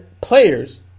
players